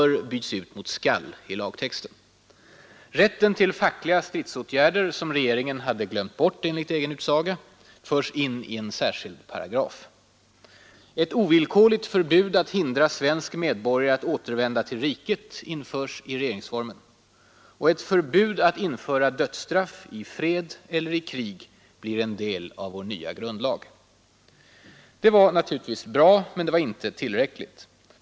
Rätten till fackliga stridsåtgärder, som regeringen hade ”glömt bort”, förs in i en särskild paragraf. Förbud att införa dödsstraff — i fred eller i krig — blir en del av vår nya grundlag. Det var naturligtvis bra men inte tillräckligt.